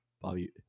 bobby